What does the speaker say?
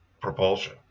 propulsion